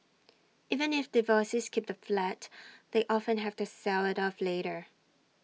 even if divorcees keep the flat they often have to sell IT off later